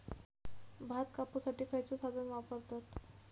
भात कापुसाठी खैयचो साधन वापरतत?